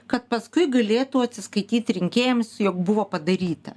kad paskui galėtų atsiskaityti rinkėjams jog buvo padaryta